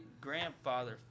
grandfather